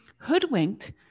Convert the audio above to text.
hoodwinked